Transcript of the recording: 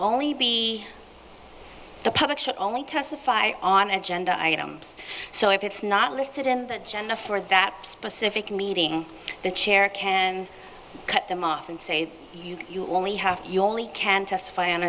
only be the public should only testify on agenda items so if it's not listed in the jenna for that specific meeting the chair can cut them off and say you only have you only can testify on